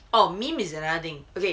oh meme is another thing okay